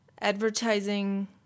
advertising